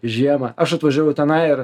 žiemą aš atvažiavau tenai ir